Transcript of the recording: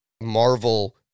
Marvel